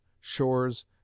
shores